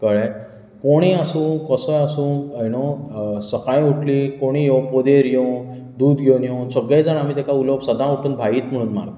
कळ्ळें कोणीय आसूं कसोय आसूं यु नो सकाळीं उठलीं कोणूय येवं पदेर येवं दूध घेवन येवं सगळे जाणां आमी तेका उलोवप सदां उठून भाईच म्हूण मारतात